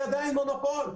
היא עדיין מונופול.